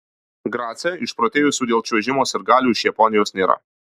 grace išprotėjusių dėl čiuožimo sirgalių iš japonijos nėra